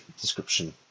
description